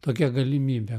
tokia galimybė